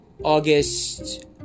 August